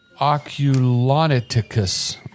Oculoniticus